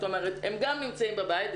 זאת אומרת הם גם נמצאים בבית,